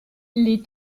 les